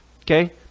Okay